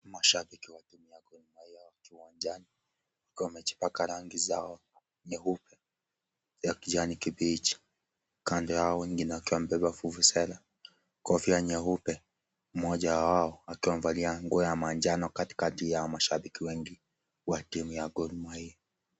Mashabiki wa timu ya Gor Mahia wakiwa wamejipaka rangi zao ya kijani kibichi. Kando yao wengine wakiwa wamebeba vuvuzela, kofia nyeupe. Mmoja wao akiwa amevalia nguo ya manjano katikati ya mashabiki wengi wa Gor Mahia.